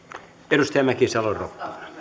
edustaja mäkisalo